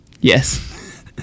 Yes